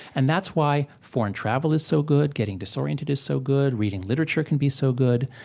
and that's why foreign travel is so good, getting disoriented is so good, reading literature can be so good.